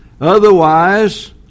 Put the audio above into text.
Otherwise